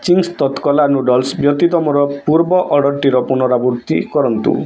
Ching's ତତ୍କଲା noodles ବ୍ୟତୀତ ମୋର ପୂର୍ବ ଅର୍ଡ଼ର୍ଟିର ପୁନରାବୃତ୍ତି କରନ୍ତୁ